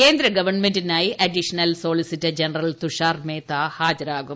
കേന്ദ്ര ഗവൺമെന്റിനായി additional solicitor general Tushar Mehta ഹാജരാകും